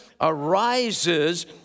arises